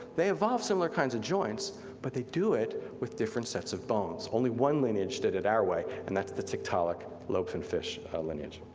they evolved similar kinds of joints but they do it with different sets of bones. only one lineage did it our way, and that's the tiktaalik lobe-finned fish of ourlineage.